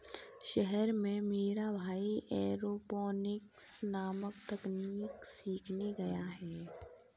शहर में मेरा भाई एरोपोनिक्स नामक तकनीक सीखने गया है